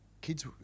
Kids